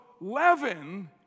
leaven